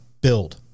build